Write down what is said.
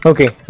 Okay